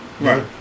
Right